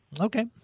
Okay